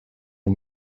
nur